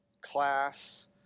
class